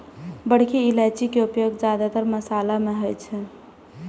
बड़की इलायची के उपयोग जादेतर मशाला मे होइ छै